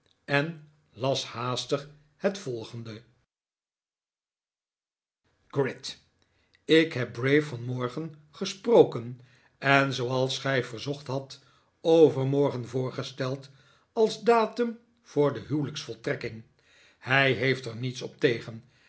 en las haastig het volgende gride ik heb bray vanmorgen gesproken en zooals gij verzocht hadt overmorgen voorgesteld als datum voor de huwelijksvoltrekking hij heeft er niets op tegen